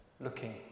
looking